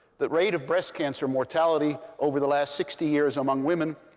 the rate of breast cancer mortality over the last sixty years among women,